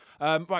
Right